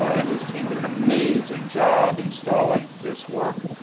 and his team did an amazing job installing this work,